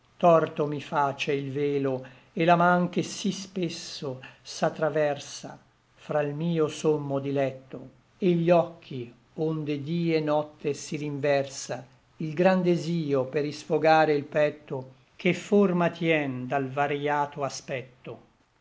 torto mi face il velo et la man che sí spesso s'atraversa fra l mio sommo dilecto et gli occhi onde dí et notte si rinversa il gran desio per isfogare il petto che forma tien dal varïato aspetto